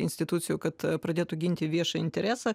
institucijų kad pradėtų ginti viešąjį interesą